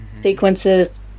sequences